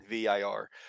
vir